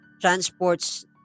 transports